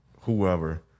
whoever